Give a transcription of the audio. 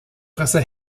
presse